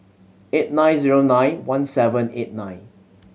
eight nine zero nine one seven eight nine